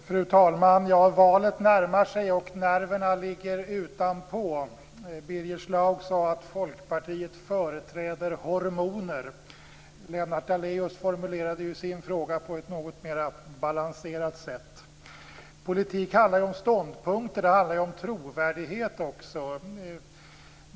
Fru talman! Valet närmar sig och nerverna ligger utanpå. Birger Schlaug sade att Folkpartiet företräder hormoner. Lennart Daléus formulerade sin fråga på ett något mera balanserat sätt. Politik handlar om ståndpunkter. Det handlar också om trovärdighet.